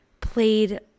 played